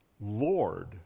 Lord